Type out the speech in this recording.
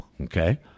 Okay